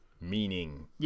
meaning